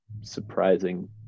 surprising